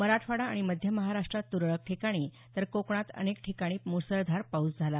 मराठवाडा आणि मध्य महाराष्ट्रात त्रळक ठिकाणी तर कोकणात अनेक ठिकाणी म्सळधार पाऊस झाला